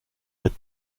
wird